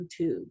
youtube